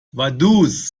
vaduz